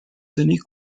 tenir